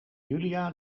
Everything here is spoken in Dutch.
julia